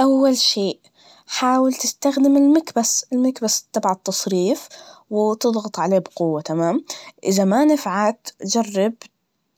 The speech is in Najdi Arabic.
أول شيء, حاول تستدم المكبس, المكبس التبع التصريف وتضغط عليه بقوة, تمام؟ إذا ما نفعت, جرب